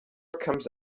comes